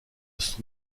sont